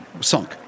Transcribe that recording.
sunk